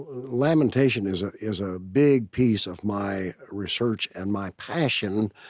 lamentation is ah is a big piece of my research and my passion.